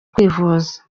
kwivuza